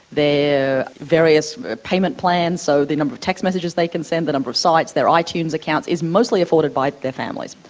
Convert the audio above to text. their various payment plans. so the number of text messages they can send, the number of sites, their ah itunes accounts, is mostly afforded by their families.